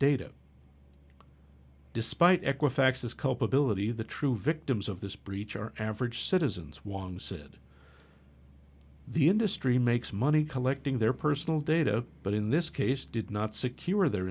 data despite equifax as culpability the true victims of this breach are average citizens wang said the industry makes money collecting their personal data but in this case did not secure their